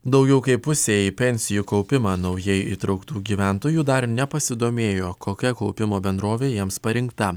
daugiau kaip pusė į pensijų kaupimą naujai įtrauktų gyventojų dar nepasidomėjo kokia kaupimo bendrovė jiems parinkta